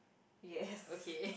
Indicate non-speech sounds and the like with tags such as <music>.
yes <laughs>